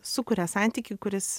sukuria santykį kuris